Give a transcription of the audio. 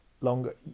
longer